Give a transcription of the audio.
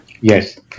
Yes